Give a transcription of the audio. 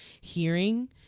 hearing